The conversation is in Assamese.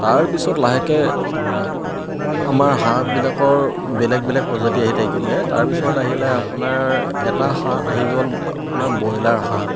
তাৰপিছত লাহেকে আমাৰ হাঁহবিলাকৰ বেলেগ বেলেগ প্ৰজাতি আহি থাকিলে তাৰপিছত আহিলে আপোনাৰ এটা হাঁহ আহি গ'ল আপোনাৰ ব্ৰইলাৰ হাঁহ